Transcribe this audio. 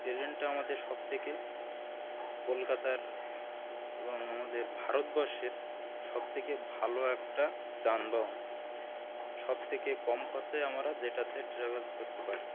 ট্রেনটা আমাদের সবথেকে কলকাতার এবং আমাদের ভারতবর্ষের সবথেকে ভালো একটা যানবাহন সবথেকে কম খরচায় আমরা যেটাতে ট্রাভেল করতে পারি